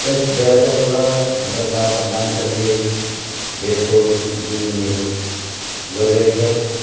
यस व्यवसायबाट हाम्रा गाउँका मानिसहरूले धेरथोर जिउने मेलो गरिरहेको छ